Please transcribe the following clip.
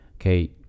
okay